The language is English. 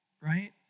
right